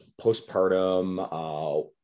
postpartum